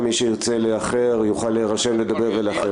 מי שירצה לאחר יוכל להירשם, לדבר ולאחר.